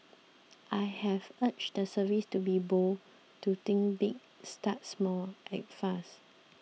I've urged the service to be bold to think big start small act fast